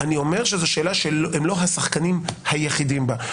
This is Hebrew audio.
אני אומר שזאת שאלה שהם לא השחקנים היחידים בה,